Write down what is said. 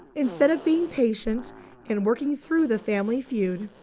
instead of being patient and working through the family feud,